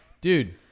Dude